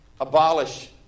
abolish